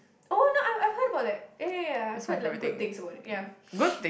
oh no I've I've heard about that ya ya ya I've heard like good things about it ya